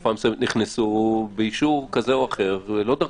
בתקופה מסוימת נכנסו באישור כזה או אחר לא דרכך.